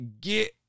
get